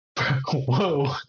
Whoa